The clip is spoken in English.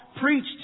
preached